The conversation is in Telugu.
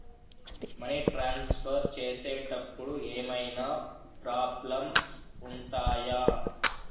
మనీ ట్రాన్స్ఫర్ చేసేటప్పుడు ఏమైనా ప్రాబ్లమ్స్ ఉంటయా?